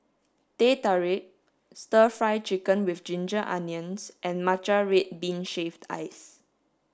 Teh Tarik stir fry chicken with ginger onions and matcha red bean shaved ice